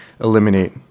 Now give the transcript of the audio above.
eliminate